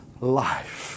life